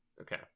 Okay